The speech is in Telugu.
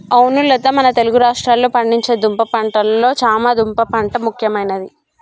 అవును లత మన తెలుగు రాష్ట్రాల్లో పండించే దుంప పంటలలో చామ దుంప పంట ముఖ్యమైనది